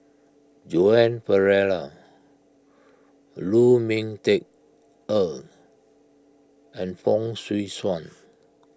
Joan Pereira Lu Ming Teh Earl and Fong Swee Suan